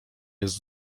jest